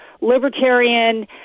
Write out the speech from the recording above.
libertarian